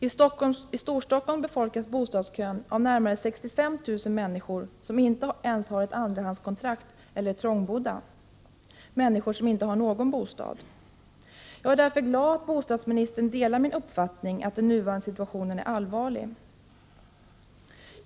I Storstockholm består bostadskön av närmare 65 000 människor som inte ens har ett andrahandskontrakt eller är trångbodda. Det är människor som inte har någon bostad. Jag är därför glad att bostadsministern delar min uppfattning att den nuvarande situationen är allvarlig.